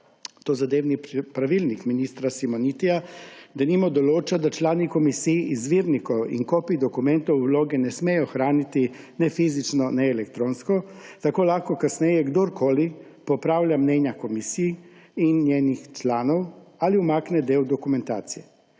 Tozadevni pravilnik ministra Simonitija, denimo, določa, da člani komisij izvirnikov in kopij dokumentov, vloge ne smejo hraniti ne fizično ne elektronsko, tako lahko kasneje kdorkoli popravlja mnenja komisij in njenih članov ali umakne del dokumentacije.